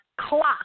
clock